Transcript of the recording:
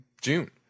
June